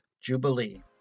Jubilee